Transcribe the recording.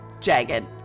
jagged